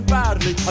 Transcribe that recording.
badly